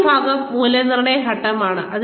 ആദ്യ ഭാഗം മൂല്യനിർണ്ണയ ഘട്ടമാണ്